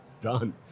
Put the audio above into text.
done